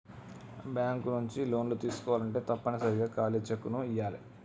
bank నుంచి లోన్లు తీసుకోవాలంటే తప్పనిసరిగా ఖాళీ చెక్కుని ఇయ్యాలే